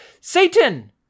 Satan